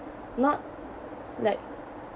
not like